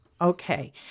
Okay